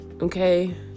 Okay